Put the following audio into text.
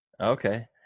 Okay